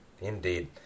Indeed